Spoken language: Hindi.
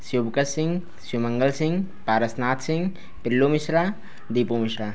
शिव भगत सिंह शिव मंगल सिंह पारसनाथ सिंह पिल्लो मिश्रा दीपू मिश्रा